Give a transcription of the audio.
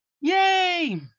Yay